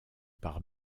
par